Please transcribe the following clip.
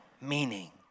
meaning